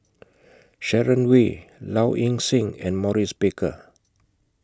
Sharon Wee Low Ing Sing and Maurice Baker